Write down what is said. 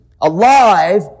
alive